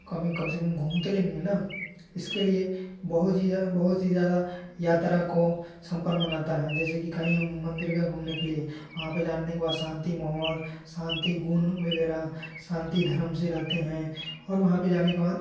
कम ही कम से कम घूम तो लेंगे ना इसके लिए बहुत ही बहुत ही ज़्यादा यात्रा को संपन्न बनाता है जैसे कि कहीं हम मंदिर गए घूमने के लिए वहाँ पे जाने के बाद शांति माहौल शांति गुण वगैरह शांतिधर्म से रहते हैं और वहाँ पे जाने के बाद